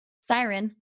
siren